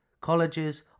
colleges